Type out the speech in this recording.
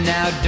Now